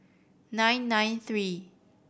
nine nine three